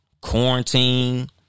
quarantine